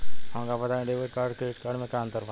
हमका बताई debit card और क्रेडिट कार्ड में का अंतर बा?